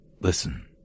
Listen